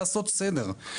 לעשות סדר.